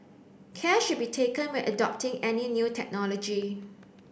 care should be taken when adopting any new technology